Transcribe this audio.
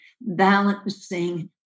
balancing